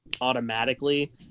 automatically